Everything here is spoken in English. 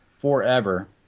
forever